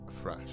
fresh